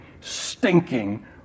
stinking